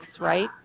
right